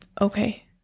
okay